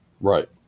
Right